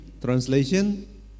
translation